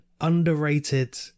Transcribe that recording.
underrated